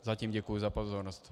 Zatím děkuji za pozornost.